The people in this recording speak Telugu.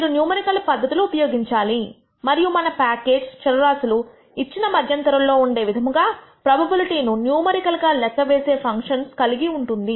మీరు న్యూమరికల్ పద్ధతులు ఉపయోగించాలి మరియు మన ప్యాకేజ్ చరరాశులు ఇచ్చిన మద్యంతరంలో ఉండే విధముగా ప్రోబబిలిటీ ను న్యూమరికల్ గా లెక్క వేసే ఫంక్షన్స్ కలిగి ఉంటుంది